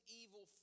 evil